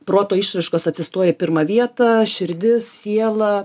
proto išraiškos atsistoja į pirmą vietą širdis siela